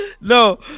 No